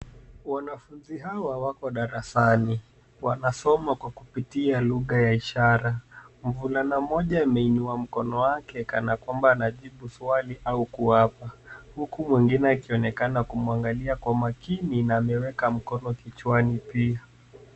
Wanafunzi hawa wako darasani. Wanasoma kwa kupitia lugha ya ishara. Mvulana mmoja ameinua mkono wake kana kwamba anajibu swali au kuapa. Huku mwengine akionekana kumwangalia kwa makini na ameweka mkono kichwani pia.